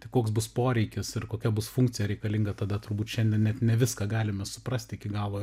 tai koks bus poreikis ir kokia bus funkcija reikalinga tada turbūt šiandien net ne viską galime suprasti iki galo